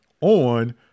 on